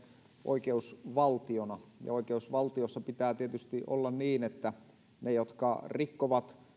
oikeusvaltiona ja oikeusvaltiossa pitää tietysti olla niin että ne jotka rikkovat